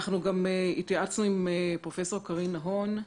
גם התייעצנו עם פרופסור קרין נהון,